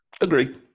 Agree